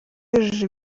yujuje